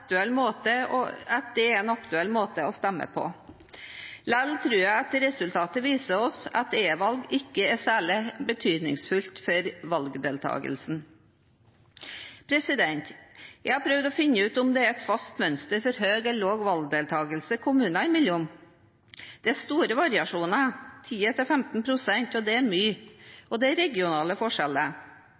aktuell måte å stemme på. Likevel tror jeg at resultatet viser oss at e-valg ikke er særlig betydningsfullt for valgdeltakelsen. Jeg har prøvd å finne ut om det er et fast mønster for høy eller lav valgdeltakelse kommunene imellom. Det er store variasjoner, 10–15 pst., og det er mye. Og det er regionale forskjeller.